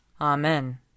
Amen